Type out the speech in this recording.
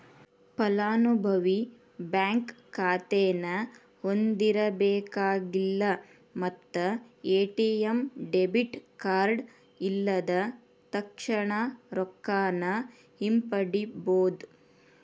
ಫಲಾನುಭವಿ ಬ್ಯಾಂಕ್ ಖಾತೆನ ಹೊಂದಿರಬೇಕಾಗಿಲ್ಲ ಮತ್ತ ಎ.ಟಿ.ಎಂ ಡೆಬಿಟ್ ಕಾರ್ಡ್ ಇಲ್ಲದ ತಕ್ಷಣಾ ರೊಕ್ಕಾನ ಹಿಂಪಡಿಬೋದ್